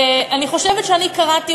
אני חושבת שאני קראתי,